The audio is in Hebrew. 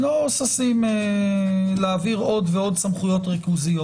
לא ששים להעביר עוד ועוד סמכויות ריכוזיות.